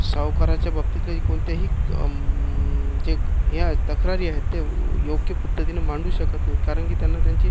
सावकाराच्या बाबतीतही कोणत्याही जे हे आहेत तक्रारी आहेत ते योग्य पद्धतीने मांडू शकत नाहीत कारण की त्यांना त्यांची